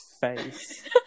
face